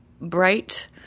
bright